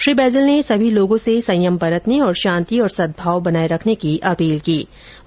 श्री बैज़ल ने सभी लोगो से संयम बरतने और शांति और सद्भाव बनाए रखने की अपील की है